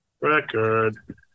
Record